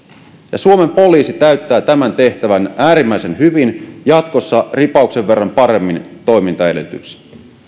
ja suomen poliisi täyttää tämän tehtävän äärimmäisen hyvin jatkossa ripauksen verran paremmin toimintaedellytyksin